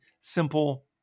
simple